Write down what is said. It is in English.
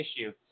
issue